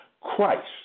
Christ